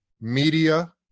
media